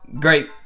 Great